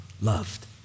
loved